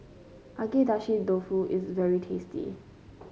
Agedashi Dofu is very tasty